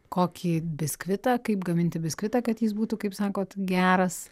kokį biskvitą kaip gaminti biskvitą kad jis būtų kaip sakot geras